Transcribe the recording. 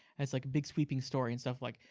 has like big sweeping story and stuff like,